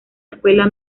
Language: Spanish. escuela